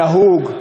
נהוג,